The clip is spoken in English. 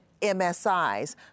MSIs